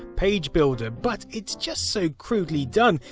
pagebuilder, but it's just so crudely done.